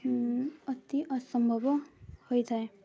ଅତି ଅସମ୍ଭବ ହୋଇଥାଏ